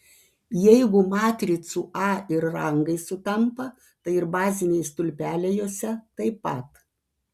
jeigu matricų a ir rangai sutampa tai ir baziniai stulpeliai jose taip pat